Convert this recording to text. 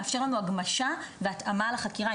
מאפשר לנו הגמשה והתאמה לחקירה.